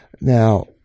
Now